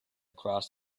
cross